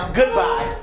goodbye